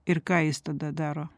ir ką jis tada daro